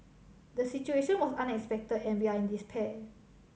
the situation was unexpected and we are in despair